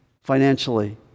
financially